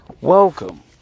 Welcome